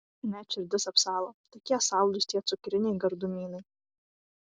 net širdis apsalo tokie saldūs tie cukriniai gardumynai